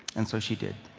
and so she did.